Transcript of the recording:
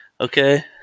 okay